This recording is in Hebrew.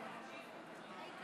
בעד,